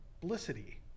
publicity